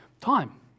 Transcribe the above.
time